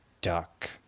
duck